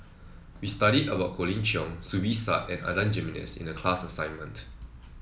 we studied about Colin Cheong Zubir Said and Adan Jimenez in the class assignment